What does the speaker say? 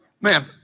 Man